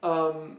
um